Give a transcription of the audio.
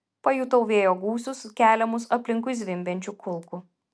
pajutau vėjo gūsius keliamus aplinkui zvimbiančių kulkų